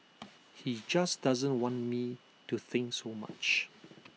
he just doesn't want me to think so much